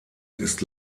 ist